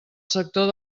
sector